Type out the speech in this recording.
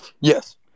yes